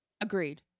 agreed